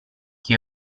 che